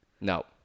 No